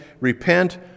repent